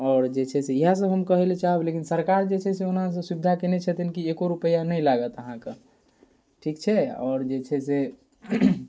आओर जे छै से इएहसब हम कहैलए चाहब लेकिन सरकार जे छै से ओना सुविधा केने छथिन कि एको रुपैआ नहि लागत अहाँके ठीक छै आओर जे छै से